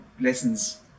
lessons